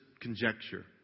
conjecture